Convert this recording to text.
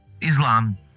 Islam